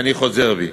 אני חוזר בי.